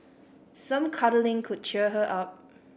some cuddling could cheer her up